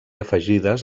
afegides